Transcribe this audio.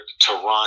Toronto